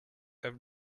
have